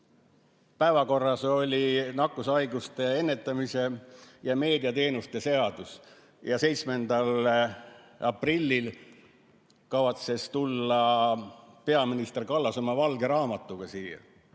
Päevakorras oli nakkushaiguste ennetamise ja tõrje seadus ja meediateenuste seadus. 7. aprillil kavatses tulla peaminister Kallas oma valge raamatuga siia.